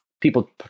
people